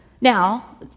Now